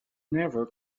never